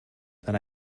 then